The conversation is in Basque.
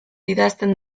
idazten